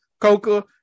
Coca